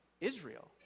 Israel